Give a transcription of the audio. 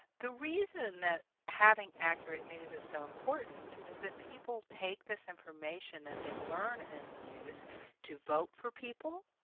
the reason that having accurate news is so important is that people take this information that they learn in the news to vote for people,